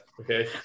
Okay